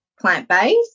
plant-based